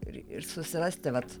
ir ir susirasti vat